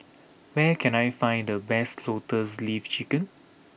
where can I find the best Lotus Leaf Chicken